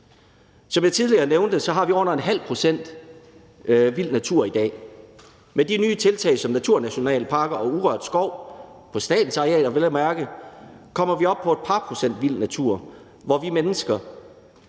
Som jeg tidligere nævnte, har vi under ½ pct. vild natur i dag. Med de nye tiltag som naturnationalparker og urørt skov, på statens arealer vel at mærke, kommer vi op på et par procent vild natur, hvor vi mennesker